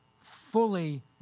fully